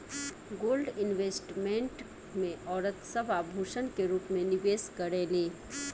gold investment में औरत सब आभूषण के रूप में निवेश करेली